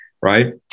right